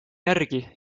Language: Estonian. järgi